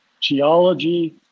geology